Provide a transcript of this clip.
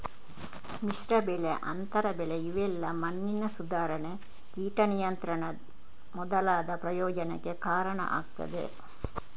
ಮಿಶ್ರ ಬೆಳೆ, ಅಂತರ ಬೆಳೆ ಇವೆಲ್ಲಾ ಮಣ್ಣಿನ ಸುಧಾರಣೆ, ಕೀಟ ನಿಯಂತ್ರಣ ಮೊದಲಾದ ಪ್ರಯೋಜನಕ್ಕೆ ಕಾರಣ ಆಗ್ತದೆ